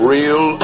Real